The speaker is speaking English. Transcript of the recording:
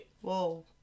Whoa